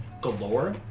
galore